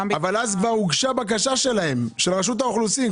כבר אז הוגשה בקשה של רשות האוכלוסין.